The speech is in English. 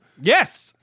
yes